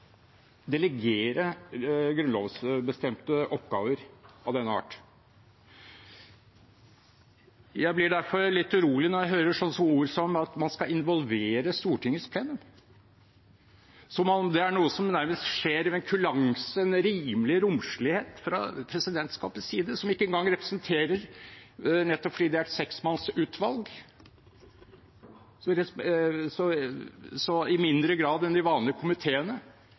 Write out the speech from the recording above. delegere grunnlovbestemte oppgaver av denne art. Jeg blir derfor litt urolig når jeg hører sånne ord som at man skal involvere Stortinget i plenum, som om det er noe som nærmest skjer ved en kulans, en rimelig romslighet fra presidentskapets side, som nettopp fordi det er et seksmannsutvalg, i mindre grad enn de vanlige komiteene